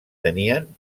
tenien